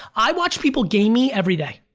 i watch people gain me every day.